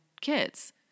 kids